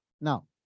Now